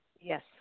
Yes